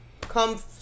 come